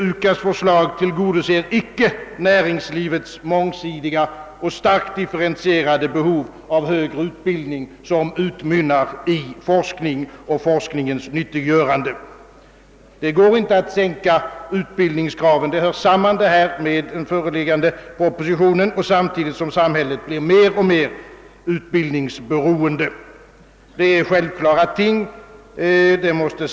UKAS:s förslag tillgodoser icke näringslivets mångsidiga och starkt differentierade behov av högre utbildning som utmynnar i forskning och forskningens nyttiggörande. Det går inte att sänka utbildningskraven samtidigt som samhället blir mer och mer utbildningsberoende. Detta är, herr talman, självklara ting men de hör samman med den föreliggande propositionen och det är nödvändigt att peka på dem.